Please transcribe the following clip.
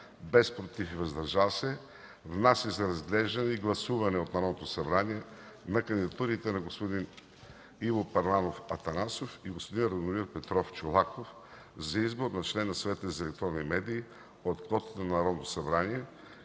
без „против” и „въздържали се” внася за разглеждане и гласуване от Народното събрание на кандидатурите на господин Иво Първанов Атанасов и господин Радомир Петров Чолаков за избор на член на Съвет за електронни медии от квотата на Народното събрание,